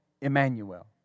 Emmanuel